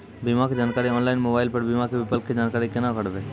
बीमा के जानकारी ऑनलाइन मोबाइल पर बीमा के विकल्प के जानकारी केना करभै?